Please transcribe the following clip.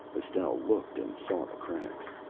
estelle looked and saw the cracks.